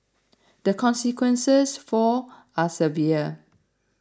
the consequences for are severe